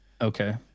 Okay